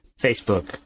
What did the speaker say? Facebook